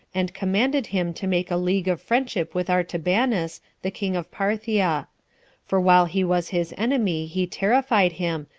and commanded him to make a league of friendship with artabanus, the king of parthia for while he was his enemy, he terrified him,